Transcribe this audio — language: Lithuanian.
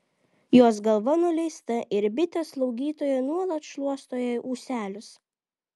jos galva nuleista ir bitė slaugytoja nuolat šluosto jai ūselius